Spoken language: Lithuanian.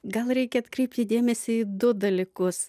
gal reikia atkreipti dėmesį į du dalykus